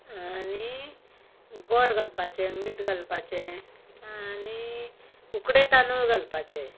आनी गोड घालपाचें मीठ घालपाचें आनी उकडे तांदूळ घालपाचे